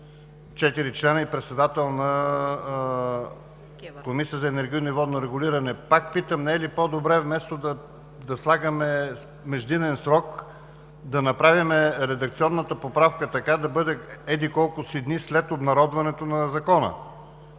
четирима членове и председател на Комисията за енергийно и водно регулиране. Пак питам: не е ли по-добре вместо да слагаме междинен срок, да направим редакционната поправка – да бъде еди-колко си дни след обнародването на Закона?